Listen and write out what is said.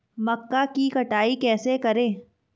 मक्का की कटाई कैसे करें?